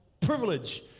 privilege